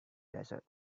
desert